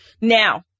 Now